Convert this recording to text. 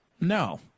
No